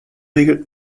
regel